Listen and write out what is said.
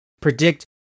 predict